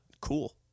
cool